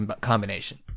combination